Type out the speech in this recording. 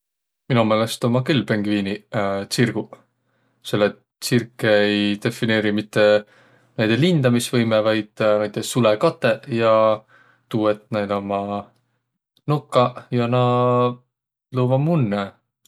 Mino meelest ommaq külh pingviiniq tsirguq. Selle et tsitkõ ei defineeriq mitte näide lindamisvõimõq, vaid sulõkatõq ja tuu, et näil ommaq nokaq ja naaq loovaq munnõ.